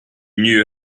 knew